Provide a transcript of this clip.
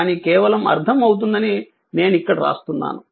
కానీ కేవలం అర్థం అవుతుందని నేను ఇక్కడ రాస్తున్నాను